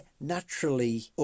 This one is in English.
naturally